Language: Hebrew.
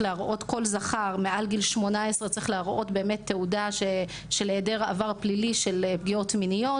זכר מעל גיל 18 צריך להראות תעודה של היעדר עבר פלילי של פגיעות מיניות.